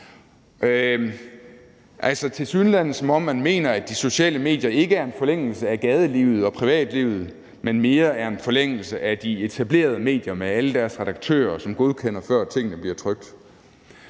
Det er, som om man mener, at de sociale medier ikke er en forlængelse af gadelivet og privatlivet, men mere er en forlængelse af de etablerede medier med alle deres redaktører, som godkender tingene, før de bliver trykt.